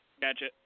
Gotcha